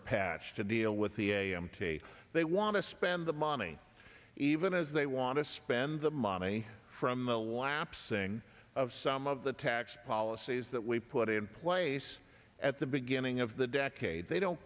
a patch to deal with the a m t they want to spend the money even as they want to spend the money from the lapsing of some of the tax policies that we put in place at the beginning of the decade they don't